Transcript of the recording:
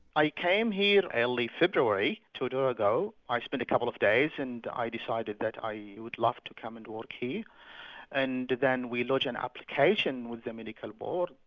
i came here early february to dorrigo, i spent a couple of days and i decided that i yeah would love to come and work here and then we lodged an application with the medical board,